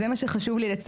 זה מה שחשוב לי לציין,